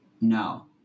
No